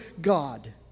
God